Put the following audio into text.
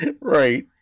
Right